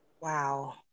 Wow